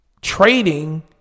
trading